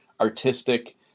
artistic